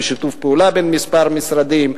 בשיתוף פעולה בין כמה משרדים,